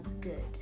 good